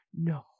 No